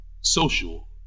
social